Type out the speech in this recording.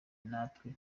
natwe